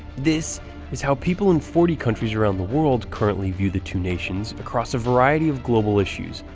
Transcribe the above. this is how people in forty countries around the world currently view the two nations across a variety of global issues,